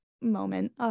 moment